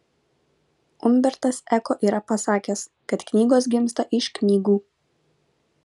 umbertas eko yra pasakęs kad knygos gimsta iš knygų